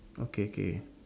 okay K